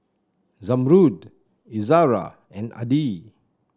Zamrud Izara and Adi